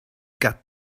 got